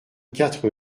quatre